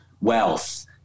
wealth